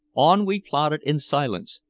on we plodded in silence,